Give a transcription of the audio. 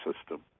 system